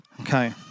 Okay